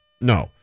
no